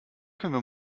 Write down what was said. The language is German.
können